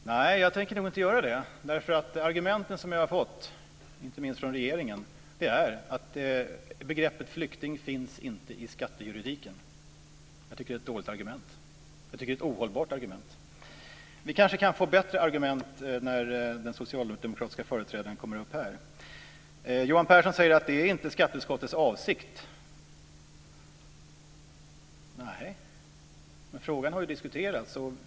Herr talman! Nej, jag tänker inte göra det därför att det argument som jag fått inte minst från regeringen är att begreppet flykting inte finns i skattejuridiken. Jag tycker att det är ett dåligt argument, ett ohållbart argument. Vi kanske kan få bättre argument när den socialdemokratiska företrädaren kommer upp här. Johan Pehrson säger att det inte är skatteutskottets avsikt. Nej, men frågan har ju diskuterats.